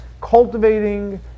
cultivating